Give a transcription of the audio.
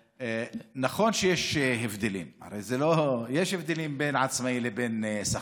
נכון שיש הבדלים, יש הבדלים בין עצמאי לבין שכיר.